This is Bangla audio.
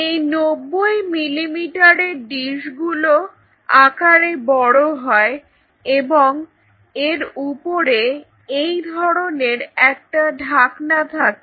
এই নব্বই মিলিমিটারের ডিসগুলো আকারে বড় হয় এবং এর উপরে এই ধরনের একটা ঢাকনা থাকে